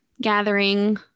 gathering